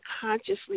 consciously